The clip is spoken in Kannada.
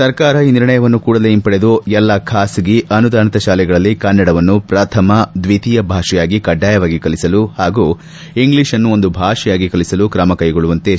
ಸರ್ಕಾರ ಈ ನಿರ್ಣಯವನ್ನು ಕೂಡಲೇ ಹಿಂಪಡೆದು ಎಲ್ಲಾ ಖಾಸಗಿ ಅನುದಾನಿತ ಶಾಲೆಗಳಲ್ಲಿ ಕನ್ನಡವನ್ನು ಪ್ರಥಮ ದ್ವಿತೀಯ ಭಾಷೆಯಾಗಿ ಕಡ್ಡಾಯವಾಗಿ ಕಲಿಸಲು ಹಾಗೂ ಇಂಗ್ಲಿಷ್ಅನ್ನು ಒಂದು ಭಾಷೆಯಾಗಿ ಕಲಿಸಲು ತ್ರಮಕೈಗೊಳ್ಳುವಂತೆ ಎಸ್